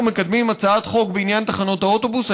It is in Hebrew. אנחנו מקדמים הצעת חוק בעניין תחנות האוטובוס,